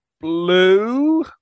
blue